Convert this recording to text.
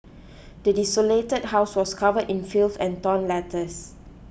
the desolated house was covered in filth and torn letters